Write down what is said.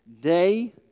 day